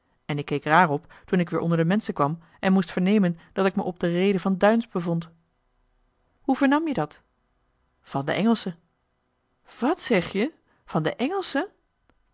en ik keek raar op toen ik weer joh h been paddeltje de scheepsjongen van michiel de ruijter onder de menschen kwam en moest vernemen dat ik me op de reede van duins bevond hoe vernam je dat van de engelschen wat zeg je van de